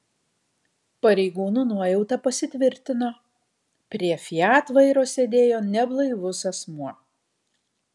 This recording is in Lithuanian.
pareigūnų nuojauta pasitvirtino prie fiat vairo sėdėjo neblaivus asmuo